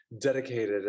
dedicated